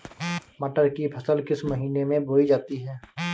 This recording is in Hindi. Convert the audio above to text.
मटर की फसल किस महीने में बोई जाती है?